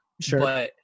sure